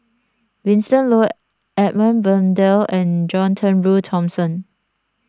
Winston Oh Edmund Blundell and John Turnbull Thomson